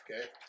Okay